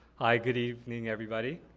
hi, good evening everybody.